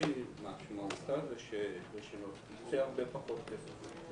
הנוכחי משמעותה שנוציא הרבה פחות כסף.